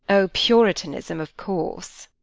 oh, puritanism, of course.